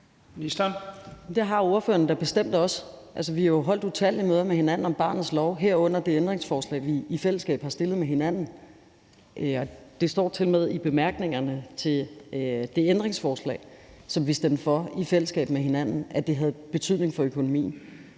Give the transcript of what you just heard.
det har ordførerne da bestemt også. Altså, vi har jo holdt utallige møder med hinanden om barnets lov, herunder det ændringsforslag, vi i fællesskab har stillet. Det står tilmed i bemærkningerne til det ændringsforslag, som vi i fællesskab stemte for, at det havde betydning for økonomien.